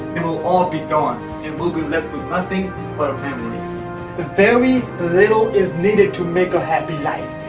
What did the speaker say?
and will all be gone and will be left with nothing but a memory very little is needed to make a happy life.